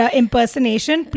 impersonation